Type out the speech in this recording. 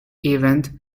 event